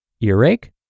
Earache